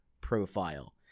profile